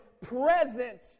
present